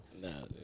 No